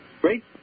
great